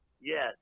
Yes